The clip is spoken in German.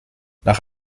nach